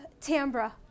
Tambra